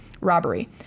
robbery